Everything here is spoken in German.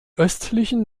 östlichen